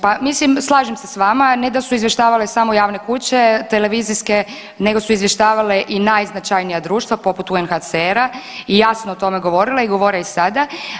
Pa mislim slažem se s vama ne da su izvještavale samo javne kuće televizijske, nego su izvještavale i najznačajnija društva poput UNHCR-a i jasno o tome govorile i govore i sada.